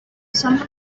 some